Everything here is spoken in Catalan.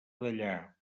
dellà